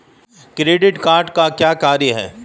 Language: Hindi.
क्रेडिट कार्ड का क्या कार्य है?